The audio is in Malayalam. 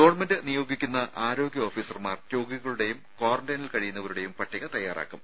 ഗവൺമെന്റ് നിയോഗിക്കുന്ന ആരോഗ്യ ഓഫീസർമാർ രോഗികളുടെയും കാറന്റൈനിൽ കഴി യുന്നവരുടെയും പട്ടിക തയ്യാറാക്കും